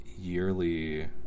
yearly